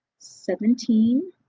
seventeen